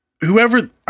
whoever